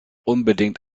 unbedingt